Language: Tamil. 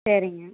சரிங்க